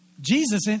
Jesus